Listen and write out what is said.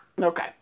Okay